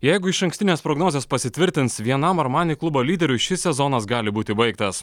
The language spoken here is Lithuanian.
jeigu išankstinės prognozės pasitvirtins vienam armani klubo lyderiui šis sezonas gali būti baigtas